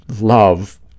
love